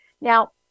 Now